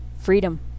freedom